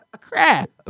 Crap